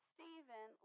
Stephen